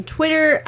Twitter